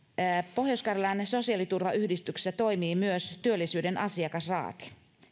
pohjois karjalan sosiaaliturvayhdistyksessä toimii myös työllisyyden asiakasraati